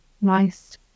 Nice